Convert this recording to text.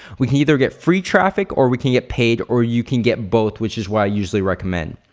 we can either get free traffic or we can get paid or you can get both which is what i usually recommend.